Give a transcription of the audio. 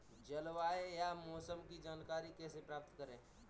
जलवायु या मौसम की जानकारी कैसे प्राप्त करें?